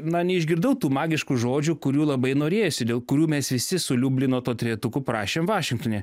na neišgirdau tų magiškų žodžių kurių labai norėjosi dėl kurių mes visi su liublino to trejetuku prašėm vašingtone